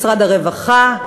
משרד הרווחה,